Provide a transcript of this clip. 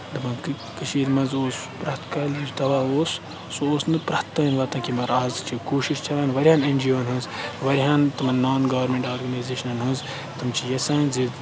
دَپان کٔشیٖر مَنٛز اوس پرٛتھ کانٛہہ یُس دَوہ اوس سُہ اوس نہٕ پرٛتھ تانۍ واتان کہِ مَگَر اَز چھِ کوٗشِش چَلان واریاہَن اٮ۪ن جی اوَن ہٕنٛز واریاہَن تِمَن نان گورمٮ۪نٛٹ آرگٕنایزیشَنَن ہٕنٛز تِم چھِ یَژھان زِ